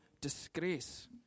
disgrace